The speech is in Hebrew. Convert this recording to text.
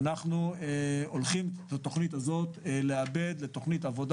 אנחנו הולכים לעבד את התוכנית הזו לתוכנית עבודה